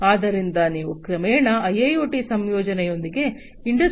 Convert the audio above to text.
ಆದ್ದರಿಂದ ನೀವು ಕ್ರಮೇಣ ಐಐಒಟಿ ಸಂಯೋಜನೆಯೊಂದಿಗೆ ಇಂಡಸ್ಟ್ರಿ 4